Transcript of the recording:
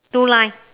two line